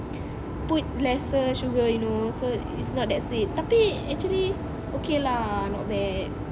put lesser sugar you know so it's not that sweet tapi actually okay lah not bad